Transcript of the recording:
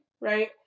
right